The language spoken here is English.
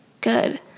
good